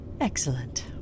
Excellent